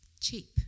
cheap